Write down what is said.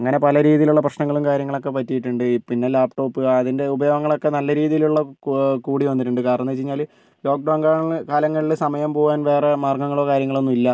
അങ്ങനെ പല രീതിയിലുള്ള പ്രശ്നങ്ങളും കാര്യങ്ങളൊക്കെ പറ്റിയിട്ടുണ്ട് പിന്നെ ലാപ് ടോപ്പ് അതിൻ്റെ ഉപയോഗങ്ങളൊക്കെ നല്ല രീതിയിലുള്ള കൂടി വന്നിട്ടുണ്ട് കാരണമെന്താ വെച്ച് കഴിഞ്ഞാൽ ലോക്ക് ഡൗൺ കാല കാലങ്ങളിൽ സമയം പോകാൻ വേറെ മാർഗ്ഗങ്ങളോ കാര്യങ്ങളൊന്നും ഇല്ല